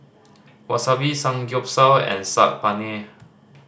Wasabi Samgyeopsal and Saag Paneer